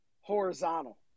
horizontal